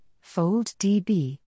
Fold-DB